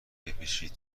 بپیچید